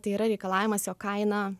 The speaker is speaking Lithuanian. tai yra reikalavimas jog kaina